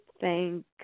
thank